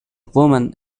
women